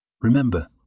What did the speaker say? Remember